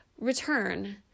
return